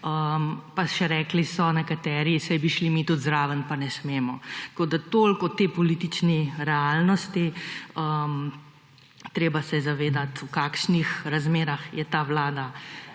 Pa še rekli so nekateri, saj bi šli mi tudi zraven, pa ne smemo. Tako da toliko o tej politični realnosti. Treba se je zavedat, v kakšnih razmerah je ta vlada